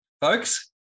folks